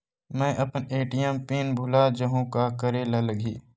मैं अपन ATM pin भुला जहु का करे ला लगही?